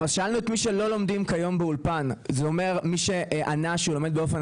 שאלנו את מי שלא לומדים כיום באולפן מי שענה שהוא לומד באופן